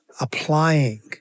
applying